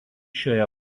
šioje